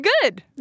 good